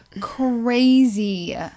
Crazy